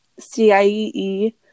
CIEE